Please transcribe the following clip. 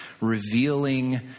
revealing